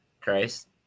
Christ